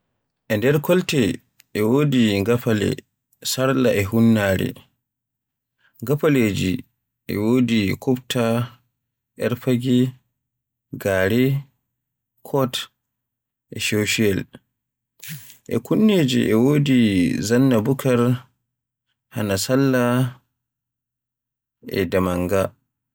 E nder kolte e wodi ngafaale, sarla e hunnere. Ngafaleje e wodi kufta, yar fage, gare, coat, e shosholiyel. E kunneje e wodi zannabukar, Hana Sallah e damanga.